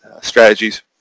strategies